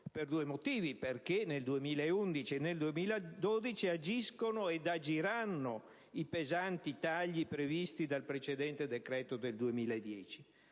per due motivi: perché nel 2011 e nel 2012 agiscono e agiranno i pesanti tagli previsti dal precedente decreto del 2010,